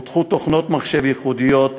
פותחו תוכנות מחשב ייחודיות.